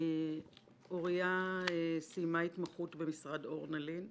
אוריה סיימה התמחות במשרד אורנה לין.